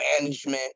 management